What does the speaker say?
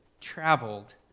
traveled